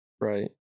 Right